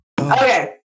Okay